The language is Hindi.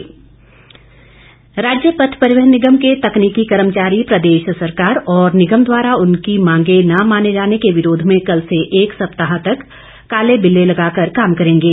कर्मचारी राज्य पथ परिवहन निगम के तकनीकी कर्मचारी प्रदेश सरकार और निगम द्वारा उनके मांगे न माने जाने के विरोध में कल से एक सप्ताह तक काले बिल्ले लगाकर काम करेंगे